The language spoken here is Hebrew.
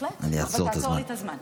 אני אעצור את הזמן.